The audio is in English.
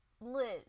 Liz